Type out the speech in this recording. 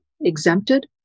exempted